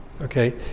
okay